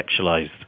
sexualized